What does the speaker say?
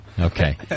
Okay